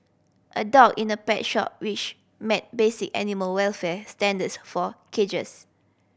a dog in a pet shop which met basic animal welfare standards for cages